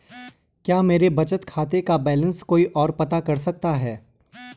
क्या मेरे बचत खाते का बैलेंस कोई ओर पता कर सकता है?